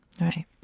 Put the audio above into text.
right